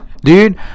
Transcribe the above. dude